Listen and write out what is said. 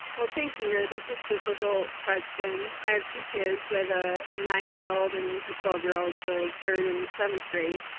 thanks ingrid. that's a difficult question. i have two kids. i have ah a nine year old and a twelve year old, so third and seventh grade.